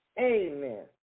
Amen